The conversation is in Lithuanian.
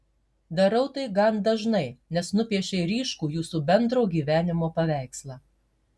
darau tai gan dažnai nes nupiešei ryškų jūsų bendro gyvenimo paveikslą